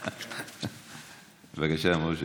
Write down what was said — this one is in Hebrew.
בבקשה, משה.